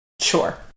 Sure